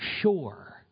sure